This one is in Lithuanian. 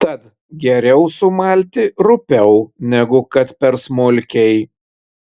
tad geriau sumalti rupiau negu kad per smulkiai